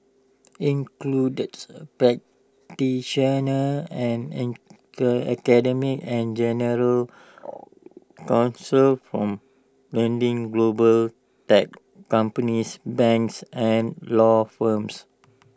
includes practitioners and academics and general counsel from lending global tech companies banks and law firms